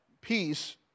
peace